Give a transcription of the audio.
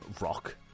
rock